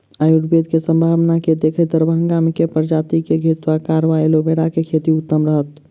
आयुर्वेद केँ सम्भावना केँ देखैत दरभंगा मे केँ प्रजाति केँ घृतक्वाइर वा एलोवेरा केँ खेती उत्तम रहत?